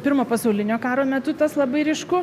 pirmo pasaulinio karo metu tas labai ryšku